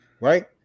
right